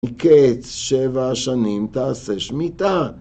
מקץ שבע שנים תעשה שמיטה